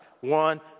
one